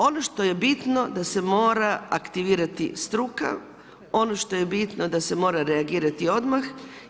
Ono što je bitno, da se mora aktivirati struka, ono što je bitno da se mora reagirati odmah.